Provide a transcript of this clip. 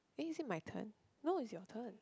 eh is it my turn no it's your turn